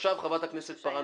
ועכשיו חברת הכנסת פארן,